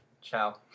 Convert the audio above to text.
ciao